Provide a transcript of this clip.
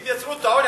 הם יצרו את העוני,